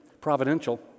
providential